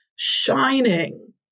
shining